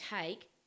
take